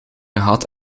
gehad